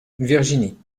virginie